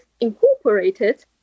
incorporated